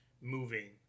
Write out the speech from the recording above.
moving